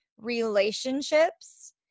relationships